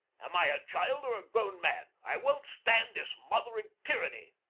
am i a child or a grown man? i won't stand this mothering tyranny.